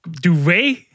Duvet